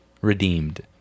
redeemed